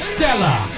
Stella